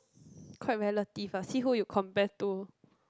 quite relative ah see who you compare to